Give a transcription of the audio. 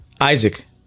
Isaac